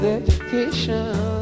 education